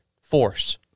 force